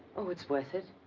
oh, it's worth it.